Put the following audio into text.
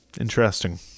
Interesting